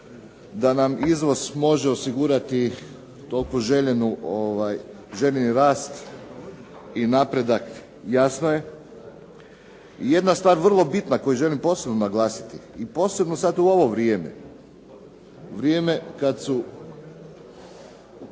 da nam izvoz može osigurati toliko željeni rast i napredak, jasno je. I jedna stvar vrlo bitna koju želim posebno naglasiti i posebno sad u ovo vrijeme. Vrijeme kad su